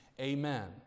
Amen